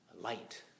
light